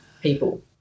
people